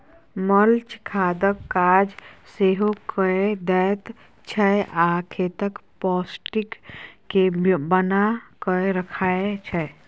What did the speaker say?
mulch खादक काज सेहो कए दैत छै आ खेतक पौष्टिक केँ बना कय राखय छै